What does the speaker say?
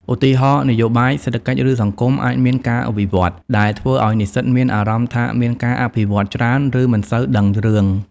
ឧទាហរណ៍ នយោបាយ សេដ្ឋកិច្ច ឬសង្គមអាចមានការវិវឌ្ឍន៍ ដែលធ្វើឱ្យនិស្សិតមានអារម្មណ៍ថាមានការអភិវឌ្ឍច្រើន ឬមិនសូវដឹងរឿង។